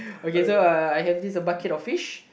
okay so uh I have this a bucket of fish